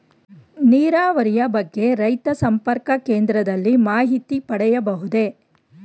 ನೀರಾವರಿಯ ಬಗ್ಗೆ ರೈತ ಸಂಪರ್ಕ ಕೇಂದ್ರದಲ್ಲಿ ಮಾಹಿತಿ ಪಡೆಯಬಹುದೇ?